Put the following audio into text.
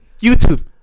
YouTube